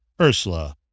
Ursula